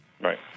Right